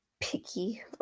picky